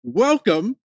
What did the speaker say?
Welcome